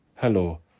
Hello